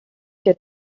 der